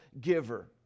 giver